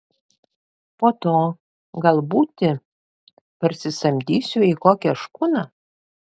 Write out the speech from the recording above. po to gal būti parsisamdysiu į kokią škuną